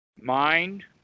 mind